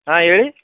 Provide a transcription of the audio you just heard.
ಹಾಂ ಹೇಳಿ